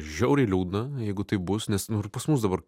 žiauriai liūdna jeigu taip bus nes nu ir pas mus dabar